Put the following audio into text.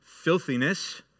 filthiness